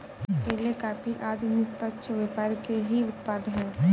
केले, कॉफी आदि निष्पक्ष व्यापार के ही उत्पाद हैं